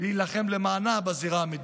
להילחם למענה בזירה המדינית.